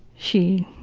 she,